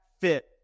fit